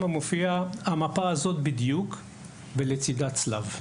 מופיעה המפה הזו בדיוק רק שלצידה צלב.